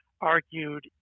argued